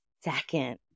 second